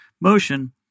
motion